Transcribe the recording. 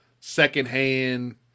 secondhand